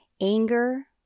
Anger